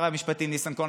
ושר המשפטים ניסנקורן,